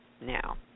now